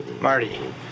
Marty